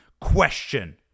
question